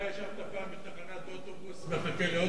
אתה ישבת פעם בתחנת אוטובוס מחכה לאוטובוס?